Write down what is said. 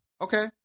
Okay